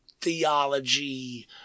theology